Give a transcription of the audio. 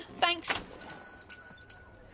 thanks